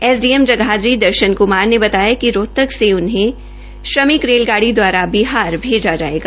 SDM Jagadhri Darshan Kumar ने बताया कि रोहतक से इन्हें श्रमिक रेलगाड़ी दवारा बिहार भेजा जायेगा